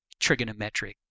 trigonometric